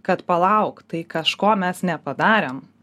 kad palauk tai kažko mes nepadarėm